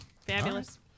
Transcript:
fabulous